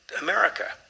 America